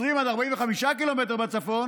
ו-20 עד 45 קילומטר בצפון